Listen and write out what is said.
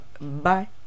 Bye